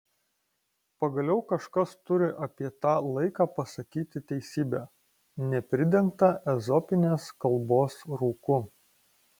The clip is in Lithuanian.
pagaliau kažkas turi apie tą laiką pasakyti teisybę nepridengtą ezopinės kalbos rūku